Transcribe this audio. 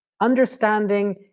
understanding